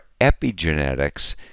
epigenetics